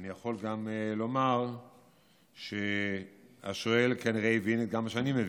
אני יכול לומר שהשואל כנראה הבין מה שאני מבין.